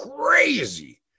crazy